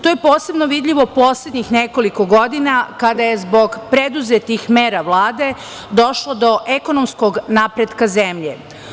To je posebno vidljivo poslednjih nekoliko godina, kada je zbog preduzetih mera Vlade došlo do ekonomskog napretka zemlje.